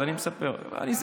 אז הסכמת איתי על הכול.